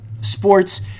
sports